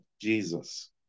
Jesus